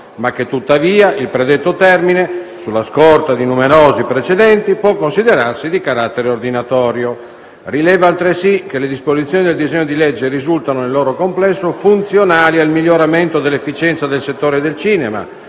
ma che tuttavia il predetto termine, sulla scorta di numerosi precedenti, può considerarsi dì carattere ordinatorio. Rileva, altresì, che le disposizioni del disegno di legge risultano, nel loro complesso, funzionali al miglioramento dell'efficienza del settore del cinema,